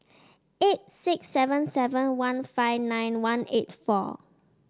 eight six seven seven one five nine one eight four